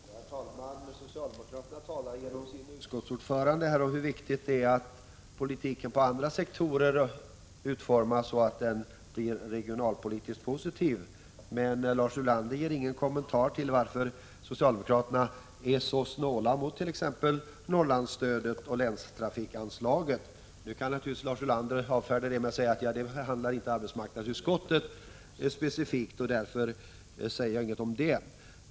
Herr talman! Socialdemokraterna talar genom sin utskottsordförande om hur viktigt det är att politiken på andra sektorer utformas så att den blir regionalpolitiskt positiv. Lars Ulander ger dock inga kommentarer till varför socialdemokraterna är så snåla när det gäller t.ex. Norrlandsstödet och länstrafikanslaget. Nu kan naturligtvis Lars Ulander avfärda frågan med att säga att arbetsmarknadsutskottet inte specifikt behandlar de frågorna; därför säger han ingenting om det.